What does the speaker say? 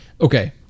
okay